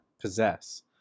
possess